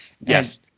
Yes